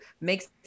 makes